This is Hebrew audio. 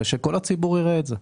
אלא שכל הציבור יראה את זה.